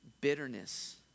bitterness